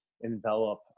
envelop